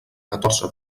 catorze